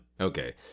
Okay